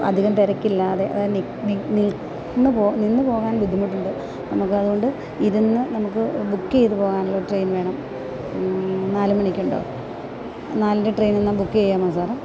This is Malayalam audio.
അധികം തിരക്കില്ലാതെ അതായത് നിന്നു പോകാൻ ബുദ്ധിമുട്ടുണ്ട് നമുക്ക് അതുകൊണ്ട് ഇരുന്ന് നമുക്ക് ബുക്ക് ചെയ്ത് പോകാനുള്ള ട്രെയിൻ വേണം നാല് മണിക്കുണ്ടോ നാലിൻ്റെ ട്രെയിനിന് എന്നാല് ബുക്ക് ചെയ്യാമോ സാറെ